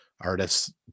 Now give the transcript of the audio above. Artists